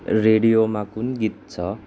रेडियोमा कुन गीत छ